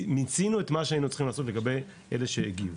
מיצינו את מה שהיינו צריכים לעשות לגבי אלה שהגיעו.